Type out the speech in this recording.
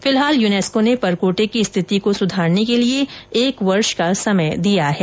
फिलहाल युनेस्को ने परकोटे की स्थिति सुधारने के लिए एक वर्ष का समय दिया है